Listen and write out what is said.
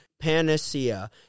panacea